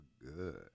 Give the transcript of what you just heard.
good